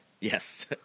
Yes